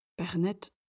Bernette